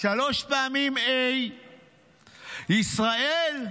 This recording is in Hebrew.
שלוש פעמים A. בישראל,